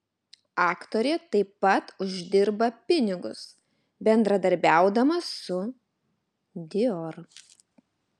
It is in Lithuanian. aktorė taip pat uždirba pinigus bendradarbiaudama su dior